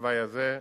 בתוואי הזה.